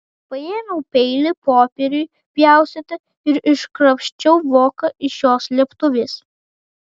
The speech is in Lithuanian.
paėmiau peilį popieriui pjaustyti ir iškrapščiau voką iš jo slėptuvės